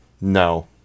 No